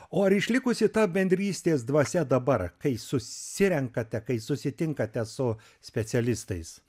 o ar išlikusi ta bendrystės dvasia dabar kai susirenkate kai susitinkate su specialistais